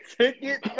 ticket